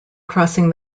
crossing